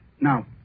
Now